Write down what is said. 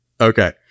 Okay